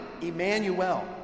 Emmanuel